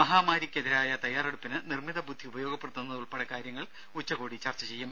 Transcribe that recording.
മഹാമാരിക്കെതിരായ തയ്യാറെടുപ്പിന് നിർമ്മിത ബുദ്ധി ഉപയോഗപ്പെടുത്തുന്നത് ഉൾപ്പെടെ കാര്യങ്ങൾ ഉച്ചകോടി ചർച്ച ചെയ്യും